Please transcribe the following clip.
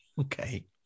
Okay